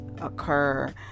occur